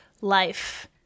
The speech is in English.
Life